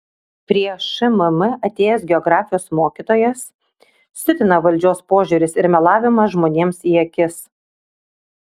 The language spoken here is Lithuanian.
prie šmm atėjęs geografijos mokytojas siutina valdžios požiūris ir melavimas žmonėms į akis